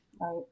Right